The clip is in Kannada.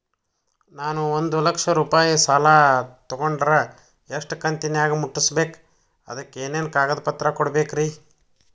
ನಾನು ಒಂದು ಲಕ್ಷ ರೂಪಾಯಿ ಸಾಲಾ ತೊಗಂಡರ ಎಷ್ಟ ಕಂತಿನ್ಯಾಗ ಮುಟ್ಟಸ್ಬೇಕ್, ಅದಕ್ ಏನೇನ್ ಕಾಗದ ಪತ್ರ ಕೊಡಬೇಕ್ರಿ?